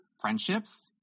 friendships